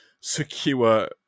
secure